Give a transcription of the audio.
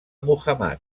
muhammad